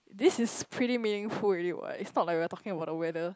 this is pretty meaningful already [what] it's not like we are talking about the weather